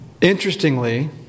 Interestingly